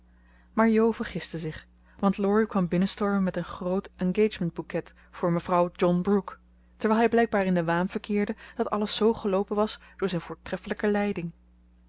maar jo vergiste zich want laurie kwam binnenstormen met eene groote engagementsbouquet voor mevrouw john brooke terwijl hij blijkbaar in den waan verkeerde dat alles zoo geloopen was door zijn voortreffelijke leiding